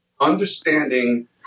understanding